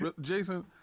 jason